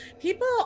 people